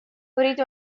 أريد